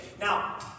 Now